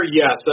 yes